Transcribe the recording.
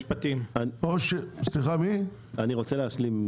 או --- אני רוצה להשלים.